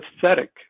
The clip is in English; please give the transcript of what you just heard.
pathetic